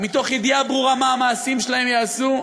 מתוך ידיעה ברורה מה המעשים שלהם יעשו,